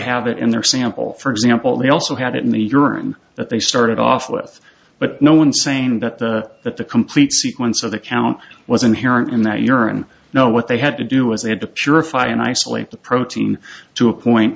have it in their sample for example they also had it in the urine that they started off with but no one saying that the that the complete sequence of the count was inherent in that urine know what they had to do as they had to purify and isolate the protein to a point